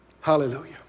Hallelujah